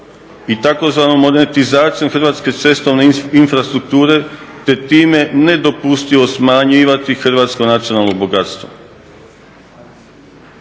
i tzv. monetizacijom hrvatske cestovne infrastrukture te time nedopustivo smanjivati Hrvatsko nacionalno bogatstvo.